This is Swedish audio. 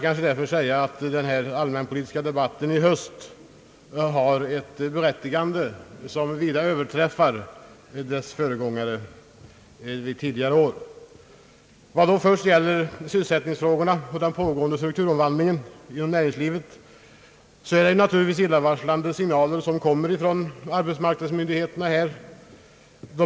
Kanske har den allmänpolitiska debatten i höst därför ett berättigande, som vida överträffar dess föregångare under tidigare år. När det gäller sysselsättningsfrågorna och den pågående strukturomvandlingen inom näringslivet är det naturligtvis illavarslande signaler som kommer från arbetsmarknadsmyndigheterna.